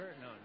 no